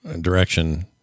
direction